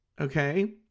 okay